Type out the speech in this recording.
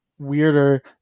weirder